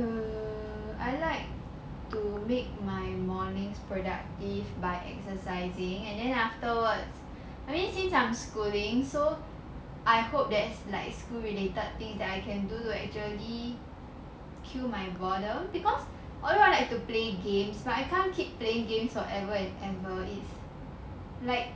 err I like to make my mornings productive by exercising and then afterwards I mean since I'm schooling so I hope that's like school related things that I can do to actually kill my time boredom because although I like to play games like I can't keep playing games forever and ever it like